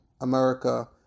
America